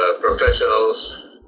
professionals